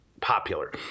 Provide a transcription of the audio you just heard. popular